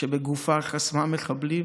שבגופה חסמה מחבלים